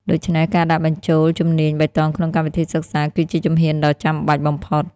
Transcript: ដូច្នេះ ការដាក់បញ្ចូលជំនាញបៃតងក្នុងកម្មវិធីសិក្សាគឺជាជំហានដ៏ចាំបាច់បំផុត។